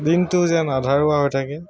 দিনটো যেন আধৰুৱা হৈ থাকে